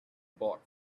bought